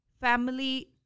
family